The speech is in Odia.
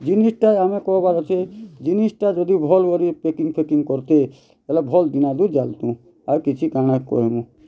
ଜିନିଷ୍ଟା ଆମେ କହେବାର୍ ଅଛେ ଜିନିଷ୍ଟା ଯଦି ଭଲ୍ କରି ପେକିଂ ଫେକିଂ କର୍ତେ ହେଲେ ଭଲ୍ ଦିନାଦୁ ଜାଲ୍ତୁଁ ଆଉ କିଛି କାଣା କହେମୁ